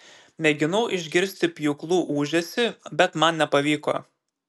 mėginau išgirsti pjūklų ūžesį bet man nepavyko